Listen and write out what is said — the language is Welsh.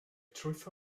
trwytho